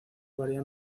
varía